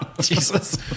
Jesus